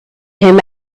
him